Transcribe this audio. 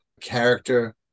character